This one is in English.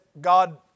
God